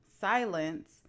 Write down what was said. silence